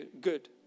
good